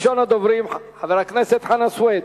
ראשון הדוברים, חבר הכנסת חנא סוייד,